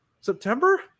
september